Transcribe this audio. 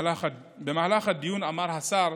במהלך הדיון אמר השר,